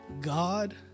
God